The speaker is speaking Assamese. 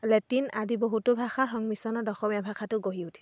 লেটিন আদি বহুতো ভাষাৰ সংমিশ্ৰণত অসমীয়া ভাষাটো গঢ়ি উঠিছে